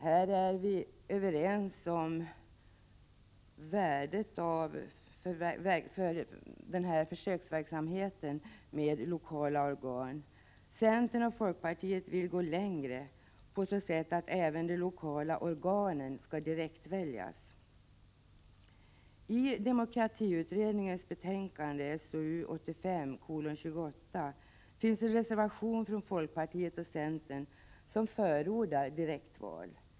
Vi är överens om värdet av försöksverksamhet med lokala organ. Centern och folkpartiet vill gå längre på så sätt att de lokala organen skall direktväljas. I demokratiutredningens betänkande SOU 1985:28 finns en reservation från folkpartiet och centern som förordar direktval.